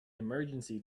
emergency